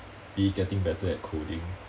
be it getting better at coding